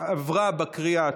שפת הלימוד במוסד לחינוך מיוחד),